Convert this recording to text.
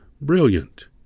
brilliant